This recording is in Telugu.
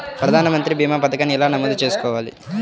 ప్రధాన మంత్రి భీమా పతకాన్ని ఎలా నమోదు చేసుకోవాలి?